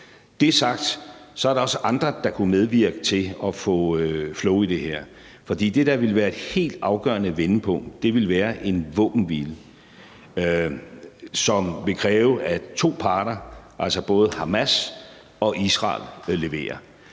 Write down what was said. er sagt, er der også andre, der kunne medvirke til at få flow i det her. For det, der ville være et helt afgørende vendepunkt, ville være en våbenhvile, som vil kræve, at to parter, altså både Hamas og Israel, leverer.